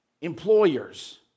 employers